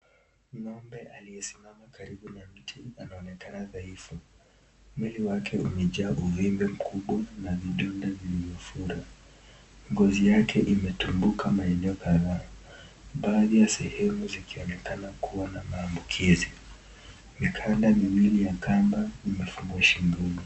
Ng'ombe aliyesimama karibu na mti anaonekana dhaifu. Mwili wake umejaa uvimbe mkubwa na vidonda viliyofura. Ngozi yake imetumbuka mahali kadhaa. Baadhi ya sehemu zikionekana kuwa na maambukizi. Mikanda miwili ya kamba imefungwa shingoni.